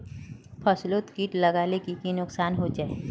फसलोत किट लगाले की की नुकसान होचए?